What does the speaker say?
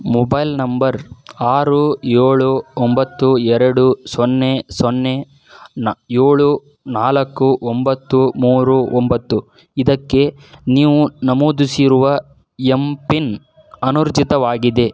mobile number ಆರು ಏಳು ಒಂಬತ್ತು ಎರಡು ಸೊನ್ನೆ ಸೊನ್ನೆ ನಾನು ಏಳು ನಾಲ್ಕು ಒಂಬತ್ತು ಮೂರು ಒಂಬತ್ತು ಇದಕ್ಕೆ ನೀವು ನಮೂದಿಸಿರುವ ಎಂ ಪಿನ್ ಅನೂರ್ಜಿತವಾಗಿದೆ